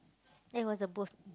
that was the best